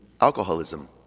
alcoholism